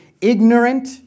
ignorant